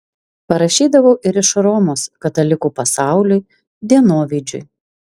parašydavau ir iš romos katalikų pasauliui dienovidžiui